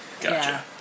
Gotcha